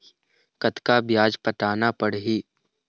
कतका ब्याज पटाना पड़ही?